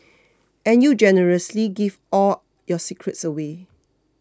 and you generously give all your secrets away